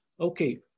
okay